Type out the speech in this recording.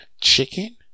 chicken